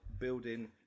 building